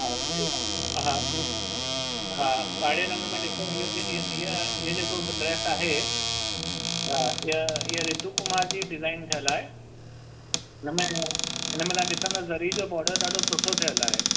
हा हा हा ॻाड़े रंग में ॾिसो इहो जेको ड्रेस आहे हा इहा रितू कुमार जी डिज़ाइन ठहियल आहे हिन में हिन में तव्हां ॾिसंदव ज़री जो बॉडर ॾाढो सुठो ठहियल आहे